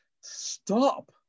stop